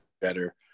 better